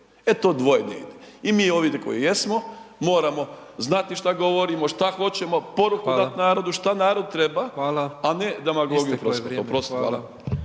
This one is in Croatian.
to dvoje ne ide. I mi ovdje koji jesmo moramo znati šta govorimo, šta hoćemo, poruku dati narodu, šta narod treba a ne .../Govornik se